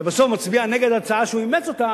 ובסוף מצביע נגד ההצעה שהוא אימץ אותה,